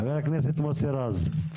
חבר הכנסת מוסי רז,